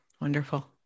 Wonderful